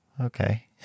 okay